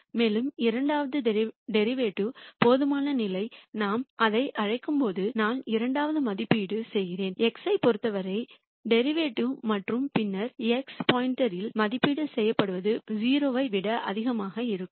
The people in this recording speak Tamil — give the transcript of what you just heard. மேலும் இரண்டாவது வரிசையின் போதுமான நிலை நாம் அதை அழைக்கும்போது நான் இரண்டாவது மதிப்பீடு செய்கிறேன் x ஐப் பொறுத்தவரை டெரிவேட்டிவ் மற்றும் பின்னர் x இல் மதிப்பீடு செய்யப்படுவது 0 ஐ விட அதிகமாக இருக்க வேண்டும்